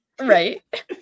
right